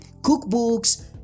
cookbooks